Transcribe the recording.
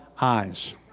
eyes